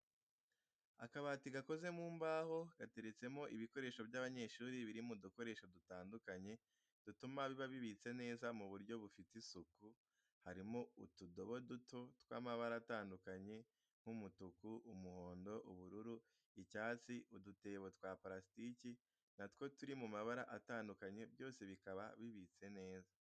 Akabati gakoze mu mbaho gateretsemo ibikoresho by'abanyeshuri biri mu dukoresho dutandukanye dutuma biba bibitse neza mu buryo bufite isuku, harimo utudobo duto tw'amabara atandukanye nk'umutuku, umuhondo, ubururu, icyatsi, udutebo twa parasitiki na two turi mu mabara atandukanye byose bikaba bibitse neza.